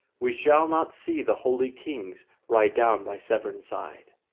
we shall not see the holy kings ride down by severn side.